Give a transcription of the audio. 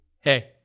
Hey